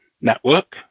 network